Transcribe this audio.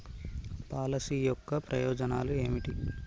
Policy యొక్క ప్రయోజనాలు ఏమిటి?